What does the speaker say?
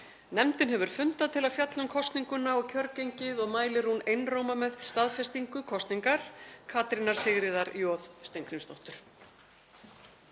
Nefndin hefur fundað til að fjalla um kosninguna og kjörgengið og mælir einróma með staðfestingu kosningar Katrínar Sigríðar J. Steingrímsdóttur.